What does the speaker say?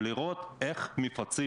ולראות איך מפצים,